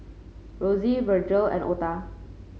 Rosie Virgle and Ota